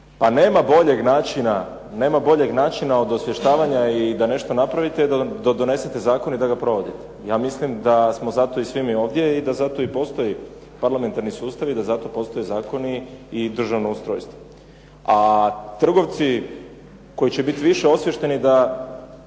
Pa nema boljeg načina od osvještavanja i da nešto napravite da donesete zakon i da ga provodite. Ja mislim da smo zato i svi mi ovdje i da zato postoje parlamentarni sustavi i da zato postoje zakoni i državno ustrojstvo. A trgovci koji će biti više osviješteni da